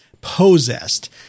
possessed